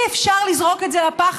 אי-אפשר לזרוק את זה לפח,